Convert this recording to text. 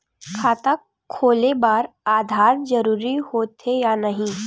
खाता खोले बार आधार जरूरी हो थे या नहीं?